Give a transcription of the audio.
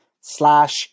slash